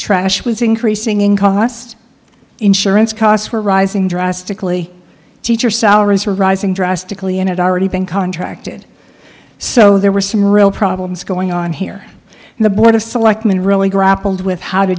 trash was increasing in cost insurance costs were rising drastically teacher salaries were rising drastically and it already been contracted so there were some real problems going on here and the board of selectmen really grappled with how to